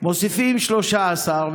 מוסיפים 13 מיליון,